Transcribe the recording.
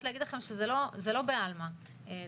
לא, זה לא שאנחנו לא רוצים רצפה.